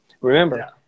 Remember